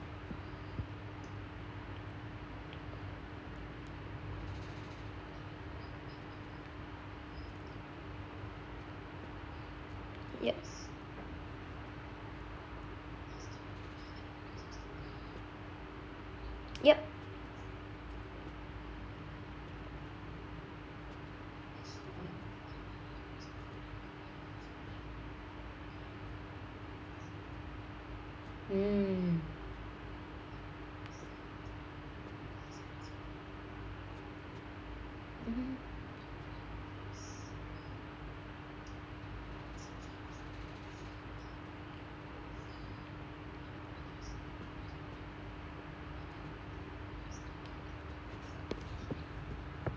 yup yup mm mmhmm